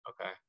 Okay